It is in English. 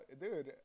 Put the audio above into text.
Dude